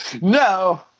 No